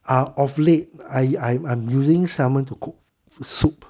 ah of late I I'm I'm using salmon to cook soup